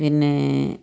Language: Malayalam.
പിന്നേ